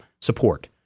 support